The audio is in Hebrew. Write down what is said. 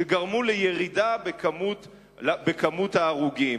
שגרמו לירידה בכמות ההרוגים.